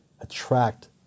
attract